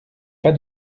pas